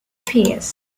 peers